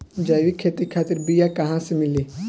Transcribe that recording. जैविक खेती खातिर बीया कहाँसे मिली?